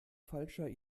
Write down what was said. falscher